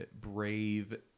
brave